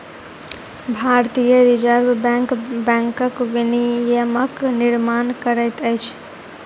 भारतीय reserve bank बैंकक विनियमक निर्माण करैत अछि